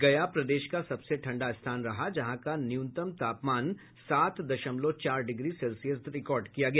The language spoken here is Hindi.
गया प्रदेश का सबसे ठंडा स्थान रहा जहां का न्यूनतम तापमान सात दशमलव चार डिग्री सेल्सियस रिकार्ड किया गया